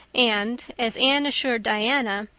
and, as anne assured diana,